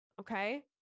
Okay